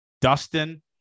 Dustin